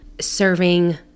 serving